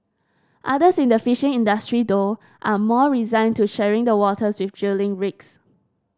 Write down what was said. others in the fishing industry though are more resigned to sharing the waters with drilling rigs